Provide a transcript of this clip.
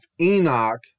Enoch